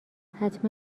حتما